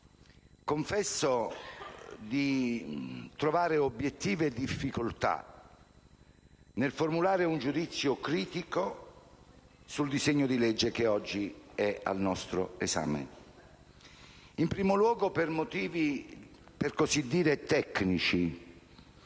confesso di trovare obiettive difficoltà nel formulare un giudizio critico sul disegno di legge che oggi è al nostro esame, in primo luogo per motivi per così dire tecnici: